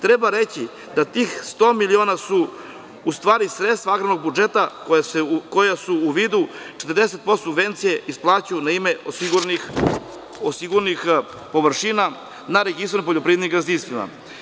Treba reći da su tih 100 miliona u stvari sredstva agrarnog budžeta koja se u vidu 40% subvencije isplaćuju na ime osiguranih površina na registrovanim poljoprivrednim gazdinstvima.